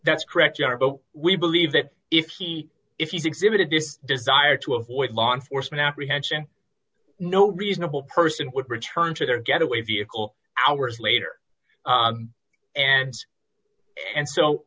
that's correct you are but we believe that if he if you think that it did desire to avoid law enforcement apprehension no reasonable person would return to their getaway vehicle hours later and and so